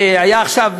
היה עכשיו,